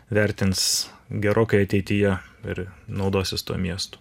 vertins gerokai ateityje ir naudosis tuo miestu